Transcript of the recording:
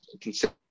consider